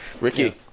Ricky